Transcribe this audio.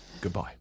Goodbye